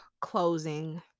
closing